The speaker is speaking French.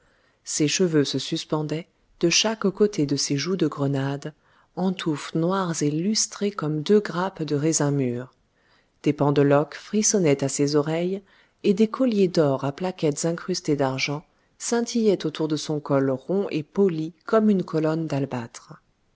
ses cheveux se suspendaient de chaque côté de ses joues de grenade en touffes noires et lustrées comme deux grappes de raisin mûr des pendeloques frissonnaient à ses oreilles et des colliers d'or à plaquettes incrustées d'argent scintillaient autour de son col rond et poli comme une colonne d'albâtre